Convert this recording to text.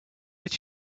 did